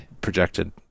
projected